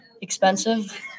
expensive